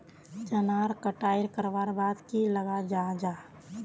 चनार कटाई करवार बाद की लगा जाहा जाहा?